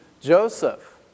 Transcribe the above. Joseph